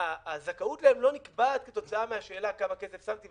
הזכאות אליהם לא נקבעת כתוצאה מהשאלה כמה כסף שמתי,